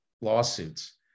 lawsuits